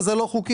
וזה לא חוקי.